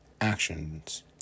actions